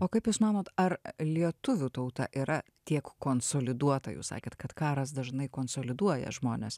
o kaip jūs manot ar lietuvių tauta yra tiek konsoliduota jūs sakėt kad karas dažnai konsoliduoja žmones